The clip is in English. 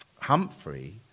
Humphrey